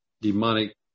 demonic